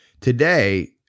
Today